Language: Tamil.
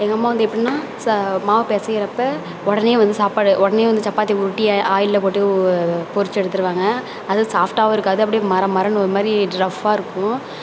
எங்கள்ம்மா வந்து எப்படினா சா மாவு பிசையிறப்ப உடனே வந்து சாப்பாடு உடனே வந்து சப்பாத்தி உருட்டி ஆயிலில் போட்டு பொரித்து எடுத்துடுவாங்க அது சாஃப்டாகவும் இருக்காது அப்படியே மறமறனு ஒருமாதிரி ரஃப்பாக இருக்கும்